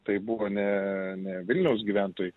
tai buvo ne ne vilniaus gyventojai